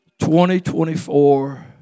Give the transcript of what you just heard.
2024